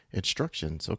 instructions